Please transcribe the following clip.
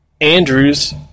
Andrews